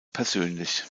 persönlich